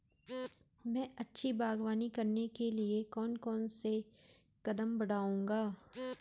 मैं अच्छी बागवानी करने के लिए कौन कौन से कदम बढ़ाऊंगा?